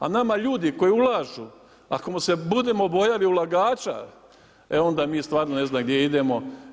A nama ljudi koji ulažu ako se budemo bojali ulagača, onda mi stvarno ne znam gdje idemo.